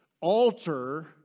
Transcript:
alter